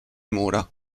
mura